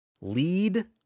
Lead